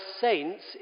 saints